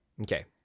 Okay